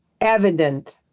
evident